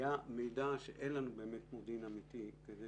היה מידע שאין לנו מודיעין אמיתי, כזה